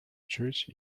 church